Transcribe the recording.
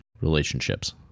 relationships